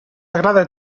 agrada